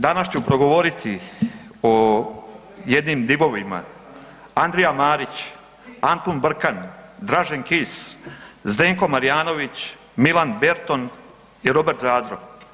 Danas ću progovoriti o jednim divovima, Andrija Marić, Antun Brkan, Dražen Kis, Zdenko Marijanović, Milan Berton i Robert Zadro.